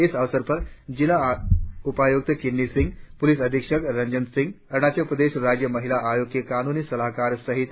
इस अवसर पर जिला उपायुक्त किन्नी सिंह पुलिस अधीक्षक रंजन सिंह अरुणाचल प्रदेश राज्य महिला आयोग की कानूनी सलाहकार सहित कई विशेषज्ञ मौजूद थे